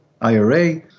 IRA